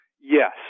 Yes